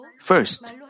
first